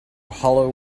hollow